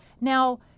Now